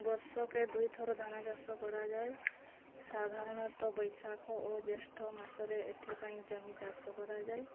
ବର୍ଷକେ ଦୁଇଥର ଧାନଚାଷ କରାଯାଏ ସାଧାରଣତଃ ବୈଶାଖ ଓ ଜ୍ୟେଷ୍ଠମାସରେ ଏଥିପାଇଁ ଜମି ଚାଷ କରାଯାଏ